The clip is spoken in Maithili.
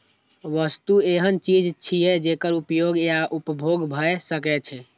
वस्तु एहन चीज छियै, जेकर उपयोग या उपभोग भए सकै छै